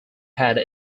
had